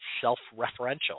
self-referential